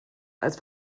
als